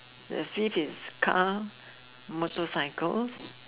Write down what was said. the fifth is car motorcycles